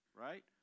Right